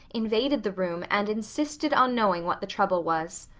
invaded the room, and insisted on knowing what the trouble was.